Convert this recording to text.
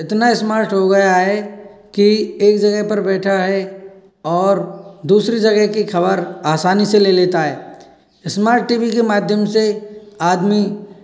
इतना स्मार्ट हो गया है कि एक जगह पर बैठा है और दूसरी जगह की खबर आसानी से ले लेता है स्मार्ट टी वी के माध्यम से आदमी